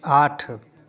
आठ